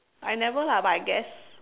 I never lah but I guess